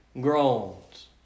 groans